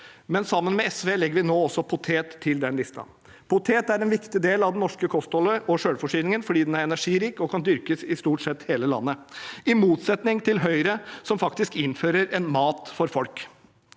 Sammen med SV legger vi nå også potet til den listen – poteten er en viktig del av det norske kostholdet og selvforsyningen fordi den er energirik og kan dyrkes i stort sett hele landet. I motsetning vil Høyre faktisk importere mat for folk.